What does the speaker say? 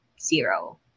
zero